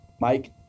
mike